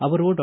ಅವರು ಡಾ